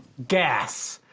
gas!